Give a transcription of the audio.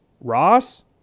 Ross